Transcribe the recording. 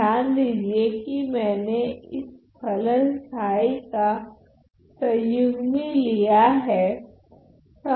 ध्यान दीजिए कि मैंने इस फलन का संयुग्मी लिया हैं